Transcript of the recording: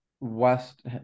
West